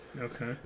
Okay